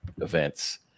events